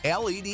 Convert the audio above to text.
led